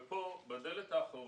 ופה, בדלת האחורית,